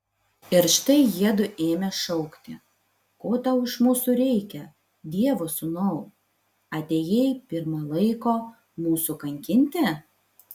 ir štai jiedu ėmė šaukti ko tau iš mūsų reikia dievo sūnau atėjai pirm laiko mūsų kankinti